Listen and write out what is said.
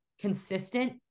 consistent